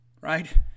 right